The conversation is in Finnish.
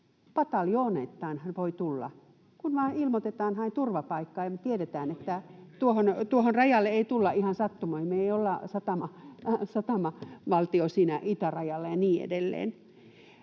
Pataljoonittainhan voi tulla, kun vain ilmoitetaan ”haen turvapaikkaa”. Ja me tiedetään, että tuohon rajalle ei tulla ihan sattumalta, me ei olla satamavaltio siinä itärajalla ja niin edelleen.